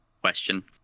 question